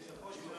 הנה